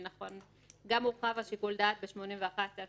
גם מורחב שיקול הדעת ב-81א4,